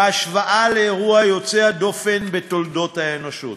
בהשוואה לאירוע יוצא הדופן בתולדות האנושות.